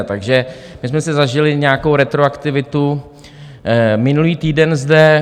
Takže my jsme si zažili nějakou retroaktivitu minulý týden zde.